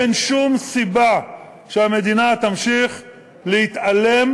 ואין שום סיבה שהמדינה תמשיך להתעלם